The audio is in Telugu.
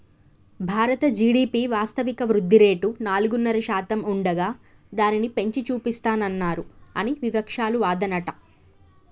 భారత జి.డి.పి వాస్తవిక వృద్ధిరేటు నాలుగున్నర శాతం ఉండగా దానిని పెంచి చూపిస్తానన్నారు అని వివక్షాలు వాదనట